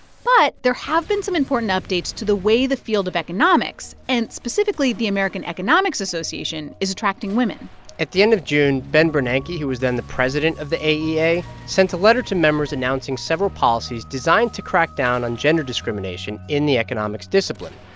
but there have been some important updates to the way the field of economics and specifically the american economics association is attracting women at the end of june, ben bernanke, yeah who was then the president of the aea, sent a letter to members announcing several policies designed to crack down on gender discrimination in the economics discipline.